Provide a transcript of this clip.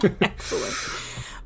Excellent